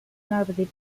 nobody